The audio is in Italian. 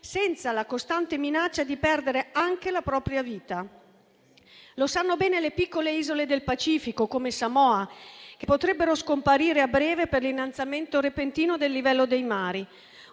senza la costante minaccia di perdere anche la propria vita. Lo sanno bene le piccole isole del Pacifico, come Samoa, che potrebbero scomparire a breve per l'innalzamento repentino del livello dei mari.